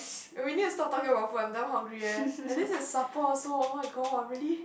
and we need to stop talking about food I'm damn hungry eh and this is supper also oh-my-god really